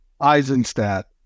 Eisenstadt